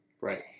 Right